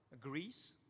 Greece